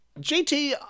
jt